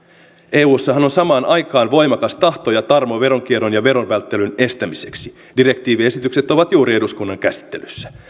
eussahan on samaan aikaan voimakas tahto ja tarmo veronkierron ja veronvälttelyn estämiseksi direktiiviesitykset ovat juuri eduskunnan käsittelyssä